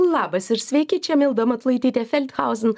labas ir sveiki čia milda matulaitytė feldhausen